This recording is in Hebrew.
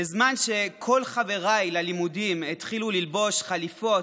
בזמן שכל חבריי ללימודים התחילו ללבוש חליפות